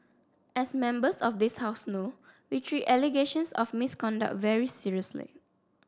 as members of this house know we treat allegations of misconduct very seriously